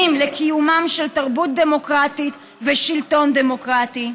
לקיומם של תרבות דמוקרטית ושלטון דמוקרטי.